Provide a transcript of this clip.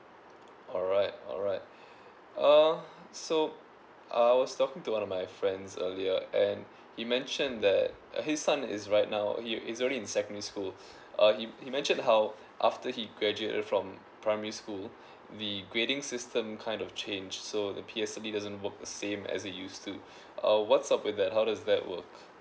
alright alright uh so I was talking to one of my friends earlier and he mentioned that uh his son is right now he's he's already in secondary school uh he he mentioned how after he graduated from primary school the grading system kind of change so the P_S_L_E doesn't work the same as it used to uh what's up with that how does that work